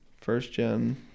first-gen